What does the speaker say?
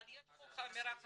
אבל יש פה אמירה חריגה.